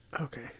Okay